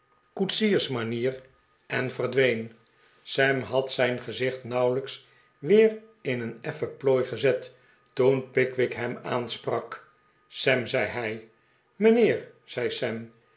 koetsiersmanier en verdween sam had zijn gezicht nauwelijks weer in een effen plooi gezet toen pickwick hem aansprak sam zei hij mijnheer zei